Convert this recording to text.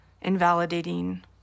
invalidating